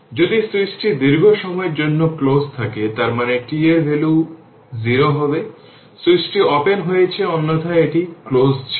যদি সুইচটি দীর্ঘ সময়ের জন্য ক্লোজ থাকে তার মানে t এর ভ্যালু 0 হবে সুইচটি ওপেন হয়েছে অন্যথায় এটি ক্লোজ ছিল